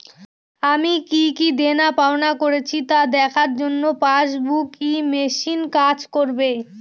আমি কি কি দেনাপাওনা করেছি তা দেখার জন্য পাসবুক ই মেশিন কাজ করবে?